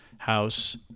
House